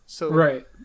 Right